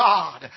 God